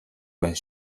байна